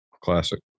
Classic